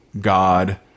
God